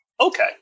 okay